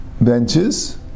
benches